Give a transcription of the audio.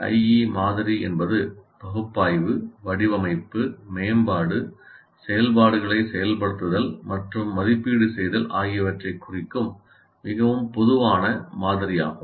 ADDIE மாதிரி என்பது பகுப்பாய்வு வடிவமைப்பு மேம்பாடு செயல்பாடுகளை செயல்படுத்துதல் மற்றும் மதிப்பீடு செய்தல் ஆகியவற்றைக் குறிக்கும் மிகவும் பொதுவான மாதிரியாகும்